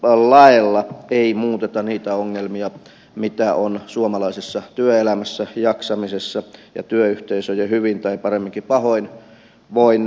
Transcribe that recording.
laeilla ei muuteta niitä ongelmia mitä on suomalaisessa työelämässä jaksamisessa ja työyhteisöjen hyvin tai paremminkin pahoinvoinneissa